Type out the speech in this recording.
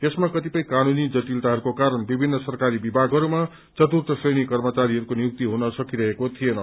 यसमा कपितय कानूनी जटिलताहरूको कारण विभिन्न सरकारी विभागहरूमा चतुर्थ श्रेणी कर्मचारीहरूको नियुक्ति हुन सकिरहेको थिएन